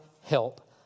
help